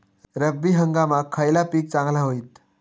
रब्बी हंगामाक खयला पीक चांगला होईत?